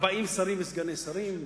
40 שרים וסגני שרים,